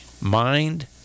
Mind